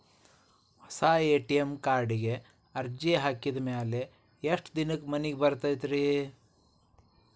ಹೊಸಾ ಎ.ಟಿ.ಎಂ ಕಾರ್ಡಿಗೆ ಅರ್ಜಿ ಹಾಕಿದ್ ಮ್ಯಾಲೆ ಎಷ್ಟ ದಿನಕ್ಕ್ ಮನಿಗೆ ಬರತೈತ್ರಿ?